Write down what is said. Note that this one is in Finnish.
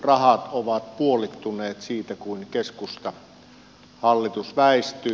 vesihuoltotyörahat ovat puolittuneet siitä kun keskustahallitus väistyi